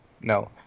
no